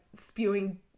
spewing